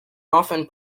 often